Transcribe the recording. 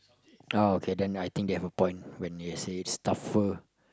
ah okay then I think they have a point when they say it's tougher